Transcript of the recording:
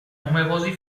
numerosi